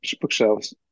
bookshelves